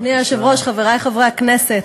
אדוני היושב-ראש, חברי חברי הכנסת,